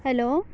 hello